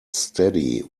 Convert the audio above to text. steady